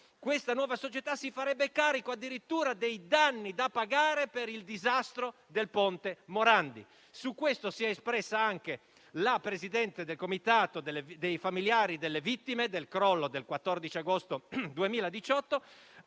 soci privati - si farebbe carico dei danni da pagare per il disastro del ponte Morandi. Su questo si è espressa anche la presidente del comitato dei familiari delle vittime del crollo del 14 agosto 2018.